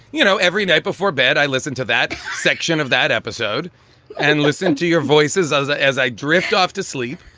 you know, every night before bed i listen to that section of that episode and listen to your voices. as ah as i drift off to sleep